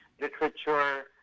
Literature